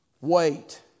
Wait